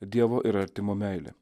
dievo ir artimo meilė